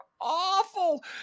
awful